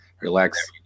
relax